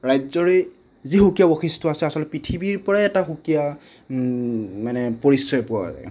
ৰাজ্যৰে যি সুকীয়া বৈশিষ্ট্য আছে আচলতে পৃথিৱীৰ পৰাই এটা সুকীয়া মানে পৰিচয় পোৱা যায়